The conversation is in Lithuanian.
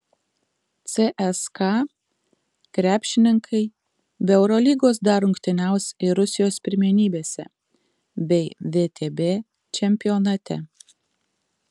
cska krepšininkai be eurolygos dar rungtyniaus ir rusijos pirmenybėse bei vtb čempionate